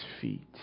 feet